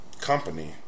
company